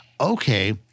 Okay